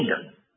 kingdom